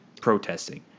protesting